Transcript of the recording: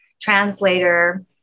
translator